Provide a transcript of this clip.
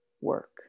work